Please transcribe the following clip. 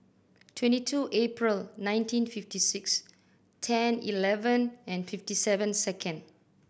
twenty two April nineteen fifty six ten eleven and fifty seven second